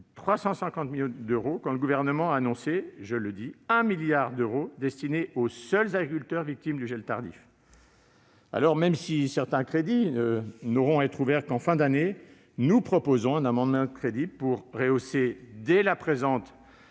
350 millions d'euros, quand le Gouvernement a annoncé 1 milliard d'euros destinés aux seuls agriculteurs victimes du gel tardif. Même si certains crédits n'auront à être ouverts qu'en fin d'année, nous proposons un amendement de crédit pour rehausser ce montant dès la présente